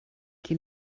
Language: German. die